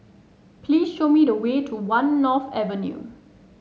please show me the way to One North Avenue